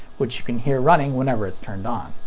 which you can hear running whenever it's turned on.